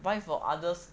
buy for others